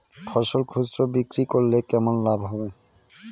ফসল খুচরো বিক্রি করলে কেমন লাভ হবে?